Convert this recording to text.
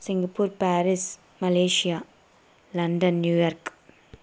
Singapore Paris Malaysia London New York